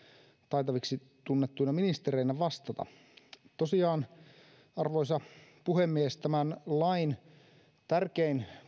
taitaviksi tunnettuina ministereinä vastata tosiaan arvoisa puhemies tämän lain tärkein